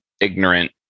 ignorant